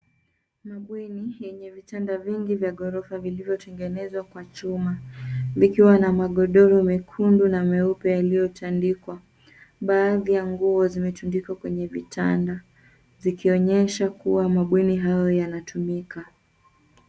Mabweni yenye vitanda vingi vya gorofa vilivyotengenezwa kwa chuma, likiwa na magondoro mekundu na meupe yaliotandikwa. Baadhi ya nguo zilizotundikwa kwenye vitanda zikionyesha kuwa mabweni hayo yanatumika.